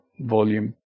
volume